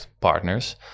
partners